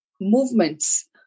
movements